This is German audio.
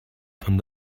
von